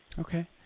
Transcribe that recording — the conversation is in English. okay